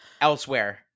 elsewhere